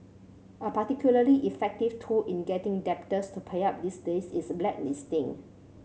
a particularly effective tool in getting debtors to pay up these days is blacklisting